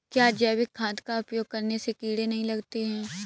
क्या जैविक खाद का उपयोग करने से कीड़े नहीं लगते हैं?